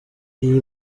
iyi